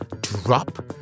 drop